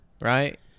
right